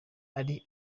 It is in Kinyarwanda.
ari